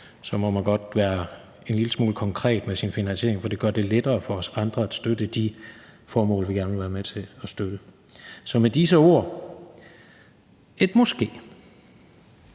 må man godt være en lille smule konkret med sin finansiering, for det gør det lettere for os andre at støtte de formål, vi gerne vil være med til at støtte. Så med disse ord er det